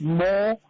more